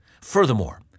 Furthermore